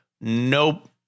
Nope